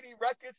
records